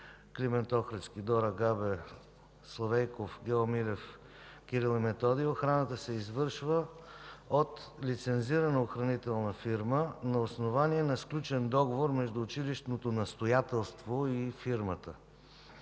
„Климент Охридски”, „Дора Габе”, „Славейков”, „Гео Милев”, „Кирил и Методий”, охраната се извършва от лицензирана охранителна фирма, на основание на сключен договор между училищното настоятелство и фирмата.